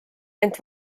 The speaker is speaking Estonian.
ent